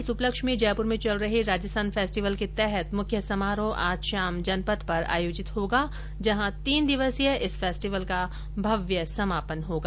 इस उपलक्ष्य में जयपुर में चल रहे राजस्थान फेस्टिवल के तहत मुख्य समारोह आज शाम जनपथ पर आयोजित होगा जहां तीन दिवसीय इस फेस्टिवल का भव्य समापन होगा